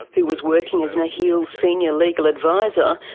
who was working as nakheel's senior legal adviser,